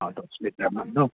অঁ দহ লিটাৰমান ন